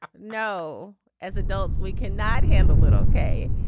ah no as adults we can not handle it ok.